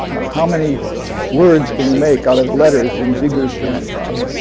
how many words can you make out of the letters in zeigler's giant bar?